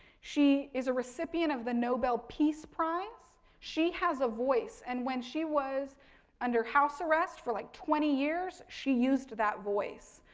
she is a recipient of the nobel peace prize, she has a voice. and when she was under house arrest for like twenty years, she used that voice.